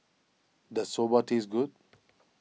does Soba taste good